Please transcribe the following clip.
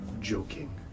joking